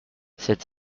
sept